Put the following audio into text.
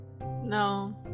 No